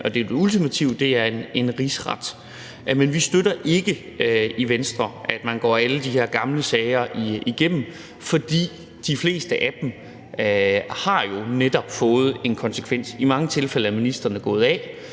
er den ultimative – en rigsret. I Venstre støtter vi ikke, at man går alle de her gamle sager igennem, for de fleste af dem har jo netop haft en konsekvens. I mange tilfælde er ministrene gået af.